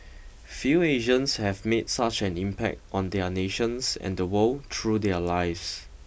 few Asians have made such an impact on their nations and the world through their lives